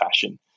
fashion